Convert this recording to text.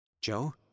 Joe